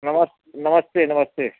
नमस नमस्ते नमस्ते